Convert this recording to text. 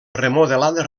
remodelada